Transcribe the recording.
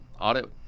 Audit